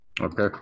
okay